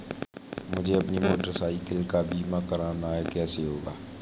मुझे अपनी motorcycle का बीमा करना है कैसे होगा?